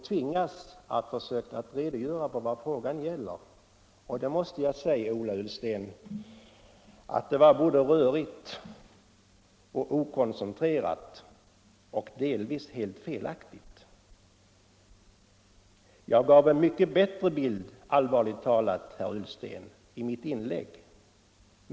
Jag måste säga till herr Ullsten att det var både rörigt och okoncentrerat och delvis helt felaktigt. Jag gav, allvarligt talat, en bättre bild i mitt inlägg.